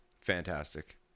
fantastic